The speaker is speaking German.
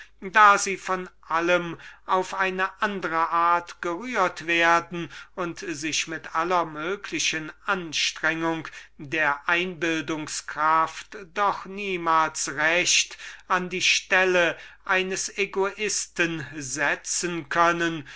da sie von allem auf eine andre art gerührt werden als jene und sich so sehr sie sich auch anstrengten niemals an ihre stelle setzen können